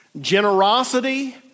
Generosity